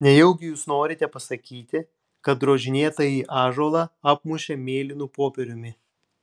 nejaugi jūs norite pasakyti kad drožinėtąjį ąžuolą apmušė mėlynu popieriumi